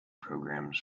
programs